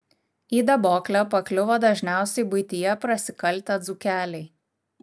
į daboklę pakliuvo dažniausiai buityje prasikaltę dzūkeliai